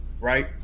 Right